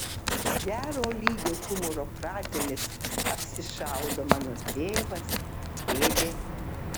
gero lygio humoro frazėmis apsišaudo mano tėvas dėdė